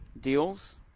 deals